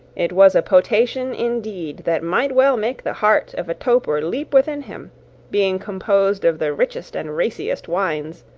it was a potation, indeed, that might well make the heart of a toper leap within him being composed of the richest and raciest wines,